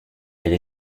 elle